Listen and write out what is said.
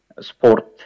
Sport